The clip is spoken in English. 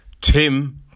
Tim